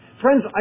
Friends